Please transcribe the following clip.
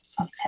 Okay